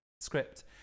script